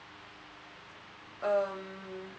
um